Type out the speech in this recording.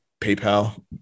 PayPal